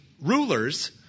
rulers